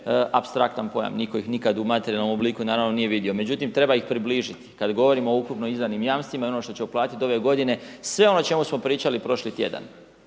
apstraktan pojam, nitko ih nikad u materijalnom obliku naravno nije vidio. Međutim, treba ih približiti, kada govorimo o ukupno izdanim jamstvima i ono što će uplatiti .../Govornik se ne razumije./... godine, sve ono o čemu smo pričali prošli tjedan,